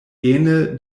ene